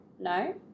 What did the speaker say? No